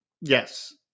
Yes